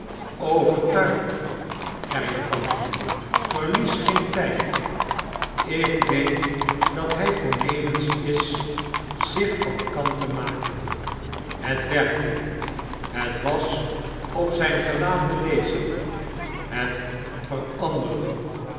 er je van verlies geein tijd ik weet dat hij voornemens is zich van kant te maken het werkte het was op zijn gelaat te lezen het veranderde